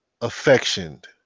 affectioned